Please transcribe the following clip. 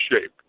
shape